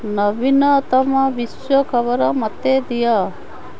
ନବୀନତମ ବିଶ୍ୱ ଖବର ମୋତେ ଦିଅ